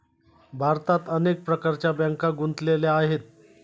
भारतात अनेक प्रकारच्या बँका गुंतलेल्या आहेत